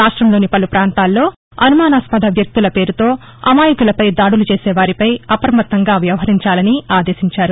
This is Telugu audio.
రాష్టంలోని పలు ప్రాంతాల్లో అనుమానస్పద వ్యక్తుల పేరుతో అమాయకులపై దాడులు చేసే వారిపై అప్రమత్తంగా వ్యవహరించాలని ఆదేశించారు